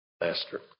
master